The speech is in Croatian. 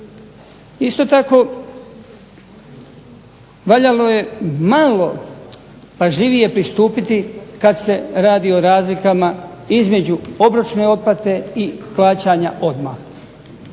Isto tako valjalo je malo pažljivije postupiti kada se radi o razlikama između obročne otplate i plaćanja odmah.